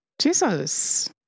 Jesus